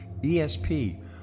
ESP